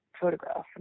photograph